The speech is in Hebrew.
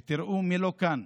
ותראו מי לא כאן.